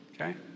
Okay